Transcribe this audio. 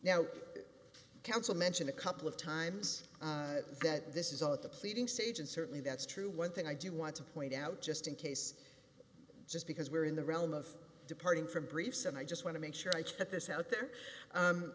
now counsel mentioned a couple of times that this is all at the pleading stage and certainly that's true one thing i do want to point out just in case just because we're in the realm of departing from briefs and i just want to make sure i check this out there